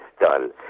done